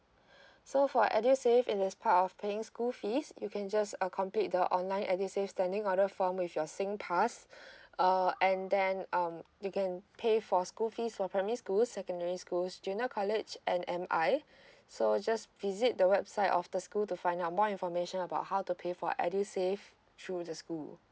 so for edusave in this part of paying school fees you can just uh complete the online edusave standing order form with your singpass uh and then um you can pay for school fees for primary school secondary schools junior college and M I so just visit the website of the school to find out more information about how to pay for edusave through the school